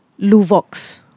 Luvox